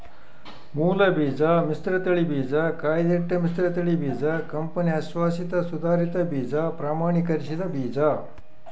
ಮೂಲಬೀಜ ಮಿಶ್ರತಳಿ ಬೀಜ ಕಾಯ್ದಿಟ್ಟ ಮಿಶ್ರತಳಿ ಬೀಜ ಕಂಪನಿ ಅಶ್ವಾಸಿತ ಸುಧಾರಿತ ಬೀಜ ಪ್ರಮಾಣೀಕರಿಸಿದ ಬೀಜ